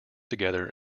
together